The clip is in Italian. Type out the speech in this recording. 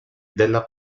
della